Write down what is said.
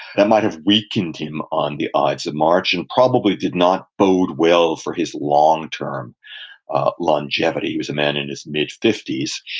that might have weakened him on the ides of march, and probably did not bode well for his long-term longevity. he was a man in his mid fifty s.